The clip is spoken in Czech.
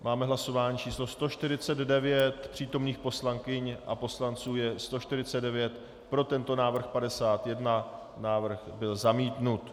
Máme hlasování číslo 149, přítomných poslankyň a poslanců je 149, pro tento návrh 51, návrh byl zamítnut.